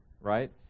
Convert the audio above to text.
right